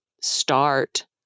start